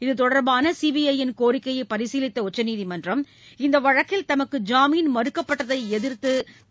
இத்தொடர்பான சிபிஐ யின் கோரிக்கையை பரிசீலித்த உச்சநீதிமன்றம் இந்த வழக்கில் தமக்கு ஜாமீன் மறுக்கப்பட்டதை எதிர்த்து திரு